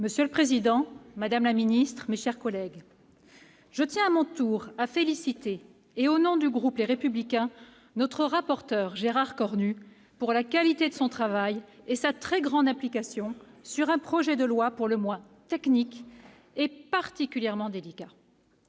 Monsieur le président, madame la ministre, mes chers collègues, je tiens à mon tour à féliciter, au nom du groupe Les Républicains, notre rapporteur, Gérard Cornu, pour la qualité de son travail et sa très grande implication sur un projet de loi pour le moins technique et particulièrement délicat.